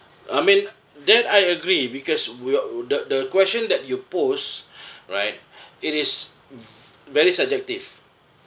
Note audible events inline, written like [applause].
I mean that I agree because we're the the question that you post [breath] right it is v~ very subjective